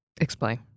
Explain